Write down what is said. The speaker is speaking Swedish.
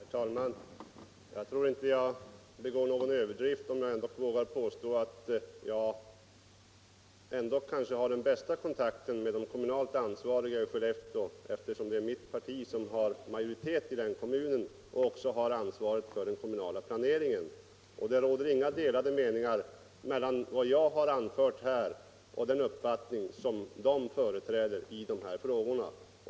Herr talman! Jag tror inte jag gör mig skyldig till någon överdrift om jag påstår att jag har den bästa kontakten med de kommunalt ansvariga i Skellefteå — det är mitt parti som har majoritet i kommunen och har ansvaret för den kommunala planeringen. Den mening jag har anfört här skiljer sig inte från den uppfattning de kommunalt ansvariga företräder i dessa frågor.